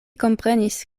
komprenis